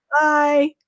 Bye